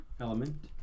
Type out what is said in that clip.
element